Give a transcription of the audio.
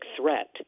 threat